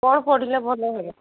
କ'ଣ ପଢ଼ିଲେ ଭଲ ହେବ